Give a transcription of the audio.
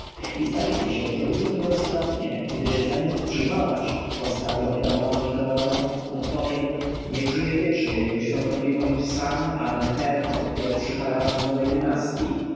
i zdaje mi się że uczynię roztropnie gdy zamiast przyjmować łaskawie ofiarowaną mi koronę odpowiem niech żyje wiecznie jego świątobliwość san-amen-herhor pierwszy faraon nowej dynastji